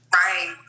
right